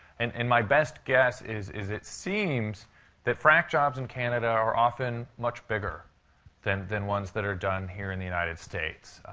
and and my best guess is is it seems that frac jobs in canada are often much bigger than than ones that are done here in the united states.